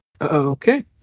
Okay